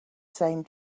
same